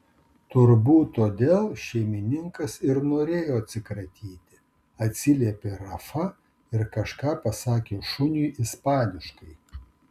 turbūt todėl šeimininkas ir norėjo atsikratyti atsiliepė rafa ir kažką pasakė šuniui ispaniškai